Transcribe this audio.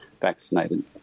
vaccinated